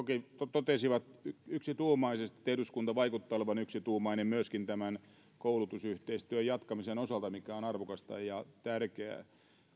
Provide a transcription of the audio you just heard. totesivat yksituumaisesti että eduskunta vaikuttaa olevan yksituumainen myöskin tämän koulutusyhteistyön jatkamisen osalta mikä on arvokasta ja tärkeää